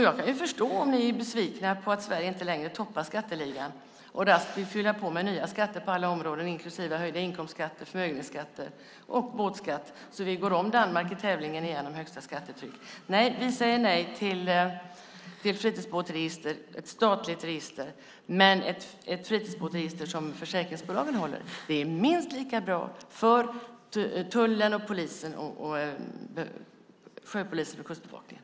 Jag kan förstå om ni är besvikna på att Sverige inte längre toppar skatteligan och raskt vill fylla på med nya skatter på alla områden, inklusive höjda inkomstskatter, förmögenhetsskatter och båtskatt, så att vi går om Danmark igen i tävlingen om högsta skattetryck. Vi säger nej till ett statligt fritidsbåtregister men ja till ett fritidsregister som försäkringsbolagen håller i. Det är minst lika bra för tullen, polisen, sjöpolisen och Kustbevakningen.